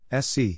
SC